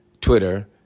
Twitter